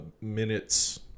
minutes